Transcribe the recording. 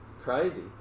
crazy